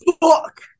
fuck